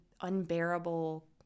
unbearable